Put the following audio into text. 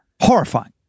horrifying